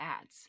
ads